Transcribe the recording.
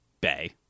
bay